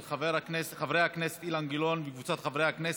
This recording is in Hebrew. של חברי הכנסת אילן גילאון וקבוצת חברי הכנסת: